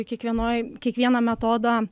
kiekvienoj kiekvieną metodą